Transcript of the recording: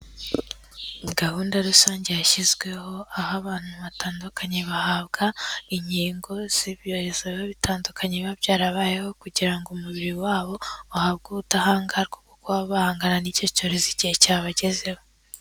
Gahunda rusange yashyizweho, aho abantu batandukanye bahabwa inkingo z'ibyorezo biba bitandukanye biba byarabayeho kugira ngo umubiri wabo uhabwe ubudahangarwa bwo kuba bahangana n'icyo cyorezo igihe cyabagezeho.